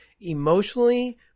emotionally